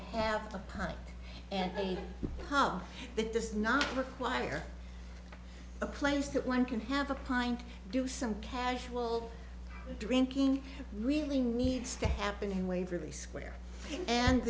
pint and a half that does not require a place that one can have a pint do some casual drinking really needs to happen in waverly square and